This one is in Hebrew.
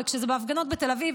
אבל כשזה בהפגנות בתל אביב,